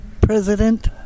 president